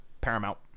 Paramount